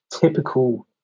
typical